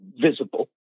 visible